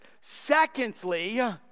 Secondly